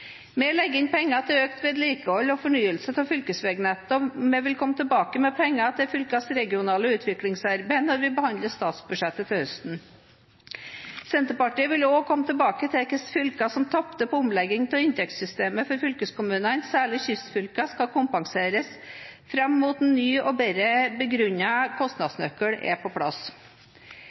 Vi legger inn penger til økt vedlikehold og fornyelse av fylkesvegnettet, og vi vil komme tilbake med penger til fylkenes regionale utviklingsarbeid når vi behandler statsbudsjettet til høsten. Senterpartiet vil også komme tilbake til hvilke fylker som tapte på omlegging av inntektssystemet for fylkeskommunene. Særlig kystfylkene skal kompenseres fram til en ny og bedre begrunnet kostnadsnøkkel er på plass.